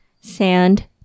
Sand